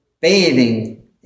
bathing